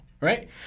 right